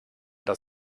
das